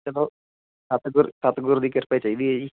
ਚਲੋ ਸਤਿਗੁਰ ਸਤਿਗੁਰ ਦੀ ਕਿਰਪਾ ਹੀ ਚਾਹੀਦੀ ਹੈ ਜੀ